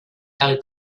cal